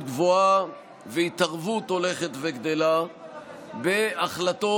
גבוהה והתערבות הולכת וגדלה בהחלטות